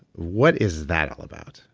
what is that all about?